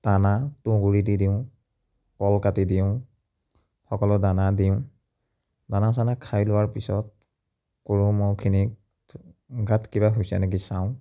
দানা তুঁহ গুড়ি দি দিওঁ কল কাটি দিওঁ সকলো দানা দিওঁ দানা চানা খাই লোৱাৰ পিছত গৰু ম'হখিনিক গাত কিবা হৈছে নেকি চাওঁ